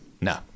No